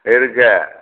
இருக்கு